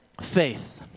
faith